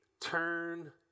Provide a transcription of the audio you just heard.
turn